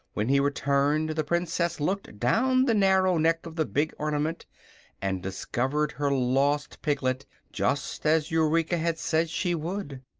when he returned the princess looked down the narrow neck of the big ornament and discovered her lost piglet, just as eureka had said she would.